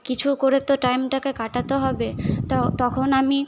কিছু করে তো টাইমটাকে কাটাতে হবে তো তখন আমি